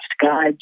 guide